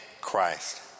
Christ